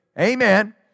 Amen